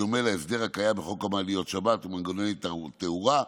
בדומה להסדר הקיים בחוק מעליות שבת ומנגנוני תאורה,